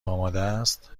آمادست